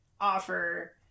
offer